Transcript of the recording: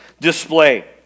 display